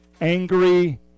angry